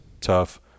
tough